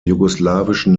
jugoslawischen